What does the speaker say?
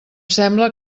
sembla